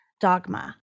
dogma